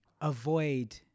avoid